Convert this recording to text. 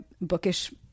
bookish